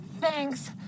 thanks